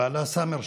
ובעלה סאמר,